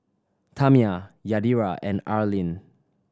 Tamya Yadira and Arlyne